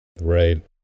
Right